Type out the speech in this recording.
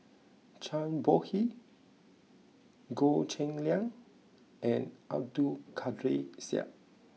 Zhang Bohe Goh Cheng Liang and Abdul Kadir Syed